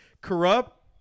corrupt